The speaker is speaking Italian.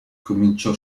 cominciò